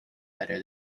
better